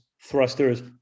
thrusters